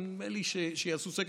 נדמה לי שאם יעשו סקר,